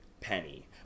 Penny